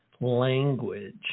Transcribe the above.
language